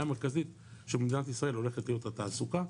המרכזית של מדינת ישראל הולכת להיות התעסוקה,